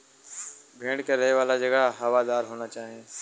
भेड़ के रहे वाला जगह हवादार होना चाही